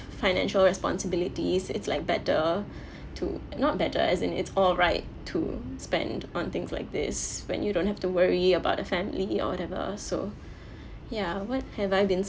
financial responsibilities it's like better to not better as in it's all right to spend on things like this when you don't have to worry about the family or whatever so ya what have I been